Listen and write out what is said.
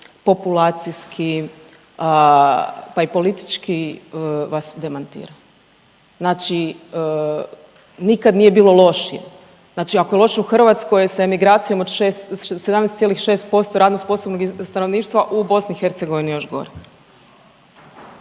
populacijski, pa i politički vas demantira. Znači, nikad nije bilo lošije. Znači ako je loše u Hrvatskoj sa emigracijom od 17,6% radno sposobnog stanovništva u BiH je još gore.